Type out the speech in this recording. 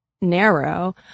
narrow